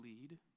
lead